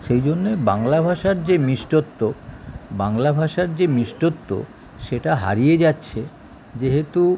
সেই জন্যে বাংলা ভাষার যে মিষ্টত্ব বাংলা ভাষার যে মিষ্টত্ব সেটা হারিয়ে যাচ্ছে যেহেতু